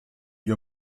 gli